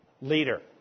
leader